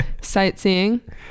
Sightseeing